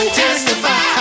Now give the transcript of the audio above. testify